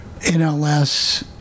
NLS